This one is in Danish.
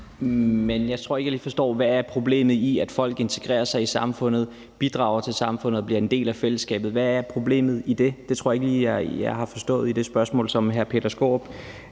Men jeg tror ikke, jeg lige forstår, hvad der er problemet i, at folk integrerer sig i samfundet, bidrager til samfundet og bliver en del af fællesskabet – hvad er problemet i det? Det tror jeg ikke lige jeg har forstået i det spørgsmål, som hr. Peter Skaarup